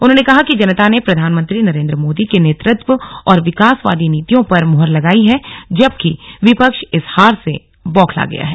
उन्होंने कहा कि जनता ने प्रधानमंत्री नरेंद्र मोदी के नेतृत्व और विकासवादी नीतियों पर मुहर लगाई है जबकि विपक्ष इस हार से बौखला गया है